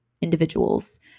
individuals